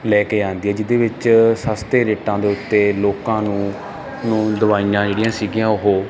ਲੈ ਕੇ ਆਂਦੀ ਹੈ ਜਿਹਦੇ ਵਿੱਚ ਸਸਤੇ ਰੇਟਾਂ ਦੇ ਉੱਤੇ ਲੋਕਾਂ ਨੂੰ ਨੂੰ ਦਵਾਈਆਂ ਜਿਹੜੀਆਂ ਸੀਗੀਆਂ ਉਹ